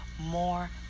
more